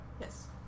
Yes